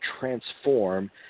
transform